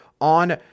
on